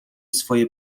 swoje